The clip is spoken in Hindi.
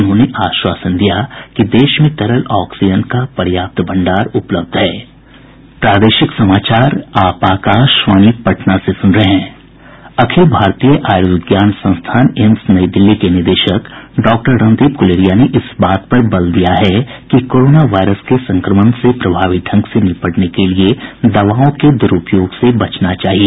उन्होंने आश्वासन दिया कि देश में तरल ऑक्सीजन का पर्याप्त भंडार उपलब्ध है अखिल भारतीय आयुर्विज्ञान संस्थान एम्स के निदेशक रणदीप गुलेरिया ने इस बात पर बल दिया है कि कोरोना वायरस के संक्रमण से प्रभावी ढंग से निपटने के लिए दवाओं के दुरुपयोग से बचना चाहिए